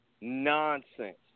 nonsense